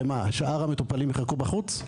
מה, שאר המטופלים יחכו בחוץ?